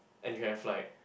and you have like